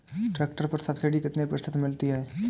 Tractor पर subsidy कितने प्रतिशत मिलती है?